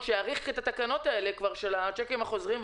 שיאריך את תוקף התקנות האלה בעניין הצ'קים החוזרים,